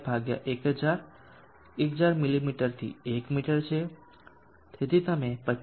4 1000 1000 મીમી 1 મીટર છે તેથી તમે 25